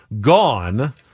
gone